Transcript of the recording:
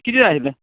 कितें जाय आशिल्लें